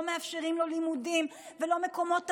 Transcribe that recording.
מאפשרים לו לימודים ולא מקומות עבודה,